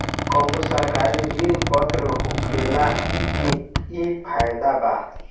कवनो सरकारी ऋण पत्र होखला के इ फायदा बा